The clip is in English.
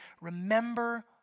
remember